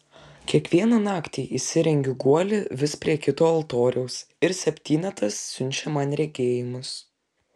kiekvieną naktį įsirengiu guolį vis prie kito altoriaus ir septynetas siunčia man regėjimus